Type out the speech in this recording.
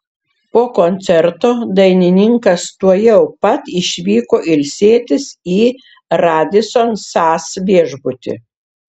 po koncerto dainininkas tuojau pat išvyko ilsėtis į radisson sas viešbutį